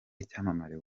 icyamamare